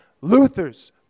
Luther's